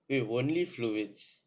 wait only fluids